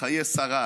חיי שרה.